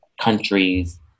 countries